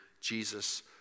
Jesus